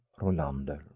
Rolander